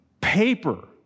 paper